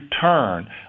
turn